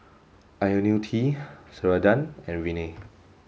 Ionil T Ceradan and Rene